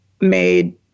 made